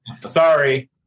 sorry